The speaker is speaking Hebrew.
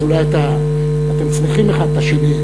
אז אולי אתם צריכים האחד את השני,